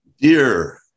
Dear